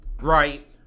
right